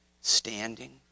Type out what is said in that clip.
standing